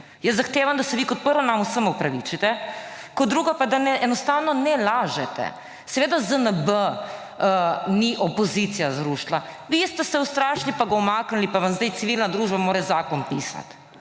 Jaz zahtevam, da se vi, kot prvo, nam vsem opravičite, kot drugo pa, da enostavno ne lažete. Seveda ZNB ni opozicija zrušila, vi ste se ustrašili pa ga umaknili, pa vam zdaj civilna družba mora zakon pisati.